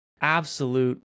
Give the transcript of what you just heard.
absolute